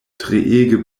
treege